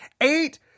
eight